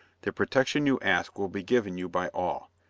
the protection you ask will be given you by all.